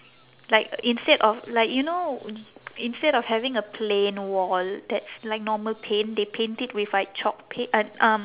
like instead of like you know instead of having a plain wall that's like normal paint they paint it with like chalk p~ uh um